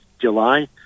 July